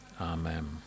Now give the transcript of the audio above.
Amen